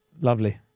Lovely